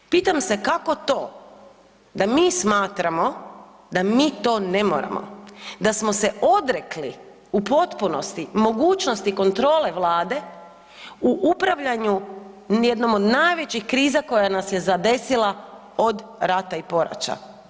Pitam se kako to da mi smatramo da mi to ne moramo, da smo se odrekli u potpunosti mogućnosti kontrole Vlade u upravljanju jednom od najvećih kriza koje nas je zadesila od rata i poraća?